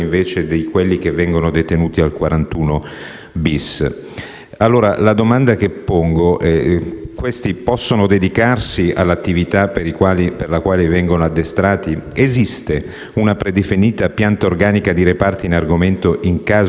allora di sapere se costoro possono dedicarsi all'attività per la quale vengono addestrati? Esiste una predefinita pianta organica dei reparti in argomento e, in caso positivo, è rispettata?